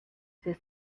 this